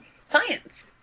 Science